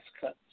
cuts